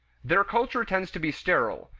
their culture tends to be sterile,